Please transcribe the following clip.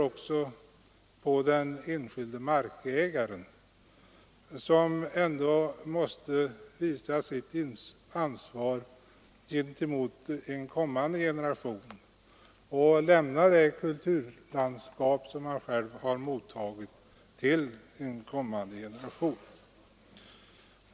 Också den enskilde markägaren måste visa sitt ansvar gentemot en kommande generation och till den lämna det kulturlandskap som han själv mottagit.